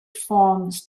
forms